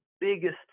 biggest